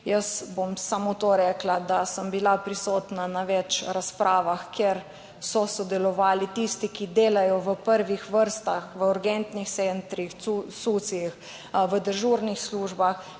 jaz bom samo to rekla, da sem bila prisotna na več razpravah, kjer so sodelovali tisti, ki delajo v prvih vrstah v urgentnih centrih, Sucih v dežurnih službah